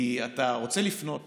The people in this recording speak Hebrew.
כי אתה רוצה לפנות